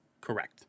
Correct